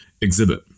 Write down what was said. exhibit